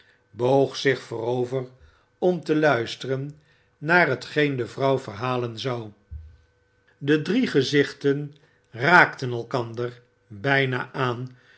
boog zich voorover om te luisteren naar hetgeen de vrouw verhalen zou de drie gezichten raakten elkander bijna aan